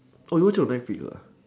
oh you watch on netflix ah